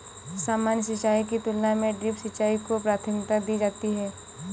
सामान्य सिंचाई की तुलना में ड्रिप सिंचाई को प्राथमिकता दी जाती है